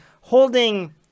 holding